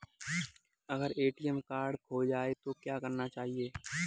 अगर ATM card खो जाए तो क्या करना चाहिए?